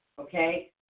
Okay